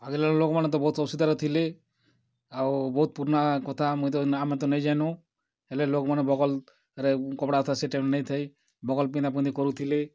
ଆଗେ କାଲର୍ ଲୋକ୍ମାନେ ତ ବହୁତ୍ ଅସୁବିଧାରେ ଥିଲେ ଆଉ ବହୁତ୍ ପୁର୍ନା କଥା ମୁଇଁ ତ ଆମେ ତ ନାଇଁ ଜାନୁ ହେଲେ ଲୋକ୍ମାନେ ବକଲ୍ ରେ କପ୍ଡ଼ାଲତା ତ ସେ ଟାଇମ୍ ରେ ନାଇଁ ଥାଇ ବକଲ୍ ପିନ୍ଧାପିନ୍ଧି କରୁଥିଲେ